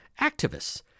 Activists